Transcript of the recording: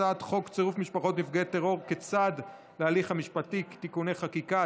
הצעת חוק צירוף משפחות נפגעי טרור כצד להליך המשפטי (תיקוני חקיקה),